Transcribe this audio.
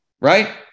right